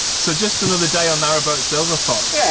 so just another day on narrowboat silver fox. yeah